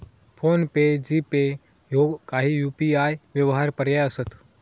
phone पे, GPay ह्यो काही UPI व्यवहार पर्याय असत